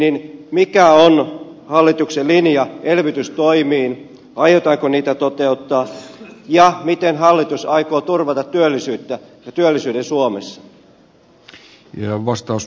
mikä on hallituksen linja elvytystoimiin aiotaanko niitä toteuttaa ja miten hallitus aikoo turvata työllisyyden suomessa